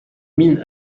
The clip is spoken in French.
mines